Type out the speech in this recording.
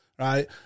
Right